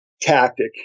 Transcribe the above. tactic